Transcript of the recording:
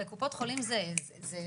אבל קופות חולים זה ככה,